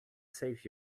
save